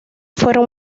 fueron